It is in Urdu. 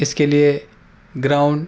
اس کے لیے گراؤنڈ